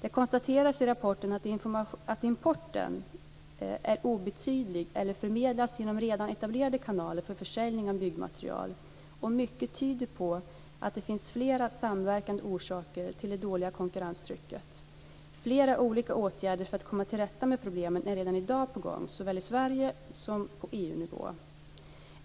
Det konstateras i rapporten att importen är obetydlig eller förmedlas genom redan etablerade kanaler för försäljning av byggmaterial. Mycket tyder på att det finns flera samverkande orsaker till det dåliga konkurrenstrycket. Flera olika åtgärder för att komma till rätta med problemen är redan i dag på gång, såväl i Sverige som på EU-nivå.